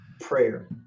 prayer